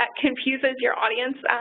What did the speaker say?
confuses your audience.